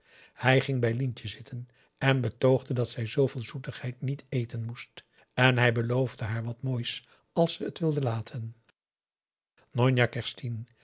hij ging bij lientje zitten en betoogde dat zij zooveel zoetigheid niet eten moest en hij beloofde haar wat moois als ze het wilde laten